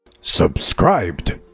Subscribed